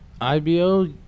IBO